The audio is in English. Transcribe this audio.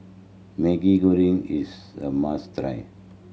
Maggi Goreng is a must try